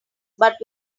but